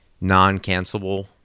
non-cancelable